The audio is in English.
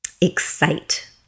Excite